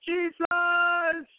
Jesus